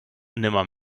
nimmer